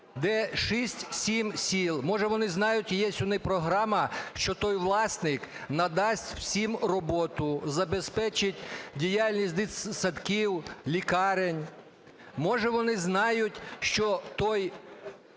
де 6-7 сіл. Може, вони знають, є у них програма, що той власник надасть усім роботу, забезпечить діяльність дитсадків, лікарень. Може, вони знають, що той,